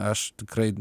aš tikrai